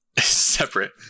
Separate